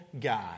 God